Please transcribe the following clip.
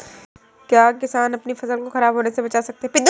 क्या किसान अपनी फसल को खराब होने बचा सकते हैं कैसे?